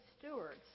stewards